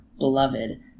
Beloved